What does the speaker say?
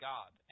God